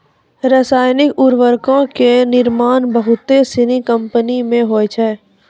रसायनिक उर्वरको के निर्माण बहुते सिनी कंपनी मे होय छै